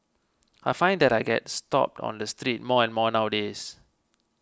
I find that I get stopped on the street more and more nowadays